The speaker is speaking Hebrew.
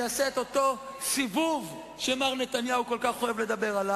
נדון על כל הסעיפים.